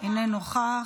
אינו נוכח,